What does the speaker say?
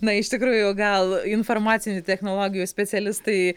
na iš tikrųjų gal informacinių technologijų specialistai